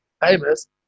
famous